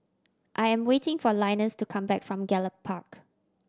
I am waiting for Linus to come back from Gallop Park